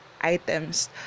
items